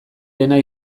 rena